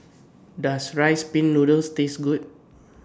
Does Rice Pin Noodles Taste Good